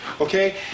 Okay